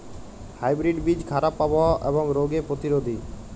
hybrid বীজ খারাপ আবহাওয়া এবং রোগে প্রতিরোধী